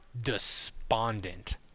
despondent